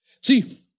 See